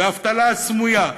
ואבטלה סמויה,